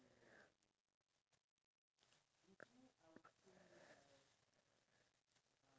I always wanted to try something like action but then again I know I'm too lazy for it so